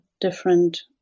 different